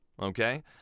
Okay